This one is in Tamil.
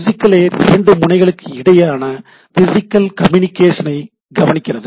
பிசிகல் லேயர் இரண்டு முனைகளுக்கு இடையேயான பிசிகல் கம்யூனிகேஷன் ஐ கவனிக்கிறது